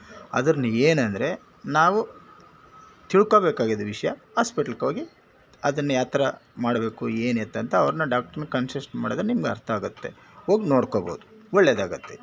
ಅದರ್ನ ಏನಂದರೆ ನಾವು ತಿಳ್ಕೋಬೇಕಾಗಿದ್ದ ವಿಷಯ ಹಾಸ್ಪೆಟ್ಲಕ್ಕೋಗಿ ಅದನ್ನು ಯಾಥರ ಮಾಡಬೇಕು ಏನು ಎತ್ತ ಅಂತ ಅವ್ರನ್ನ ಡಾಕ್ಟ್ರ್ನ ಕನ್ಸಿಸ್ಟ್ ಮಾಡಿದರೆ ನಿಮಗೆ ಅರ್ಥ ಆಗುತ್ತೆ ಹೋಗ್ ನೋಡ್ಕೋಬೋದು ಒಳ್ಳೆದಾಗುತ್ತೆ